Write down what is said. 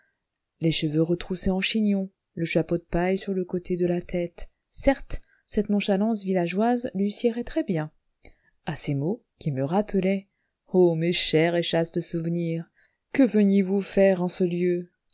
les cheveux retroussés en chignon le chapeau de paille sur le côté de la tête certes cette nonchalance villageoise lui siérait très-bien à ces mots qui me rappelaient ô mes chers et chastes souvenirs que veniez-vous